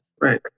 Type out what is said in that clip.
Right